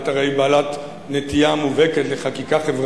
את הרי בעלת נטייה מובהקת לחקיקה חברתית,